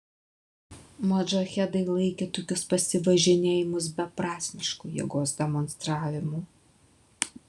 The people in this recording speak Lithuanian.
modžahedai laikė tokius pasivažinėjimus beprasmišku jėgos demonstravimu